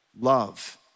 love